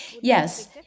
Yes